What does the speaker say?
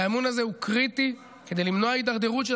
והאמון הזה הוא קריטי כדי למנוע הידרדרות של